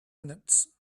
minutes